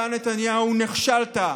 אתה, נתניהו, נכשלת,